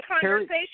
conversation